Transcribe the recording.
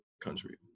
country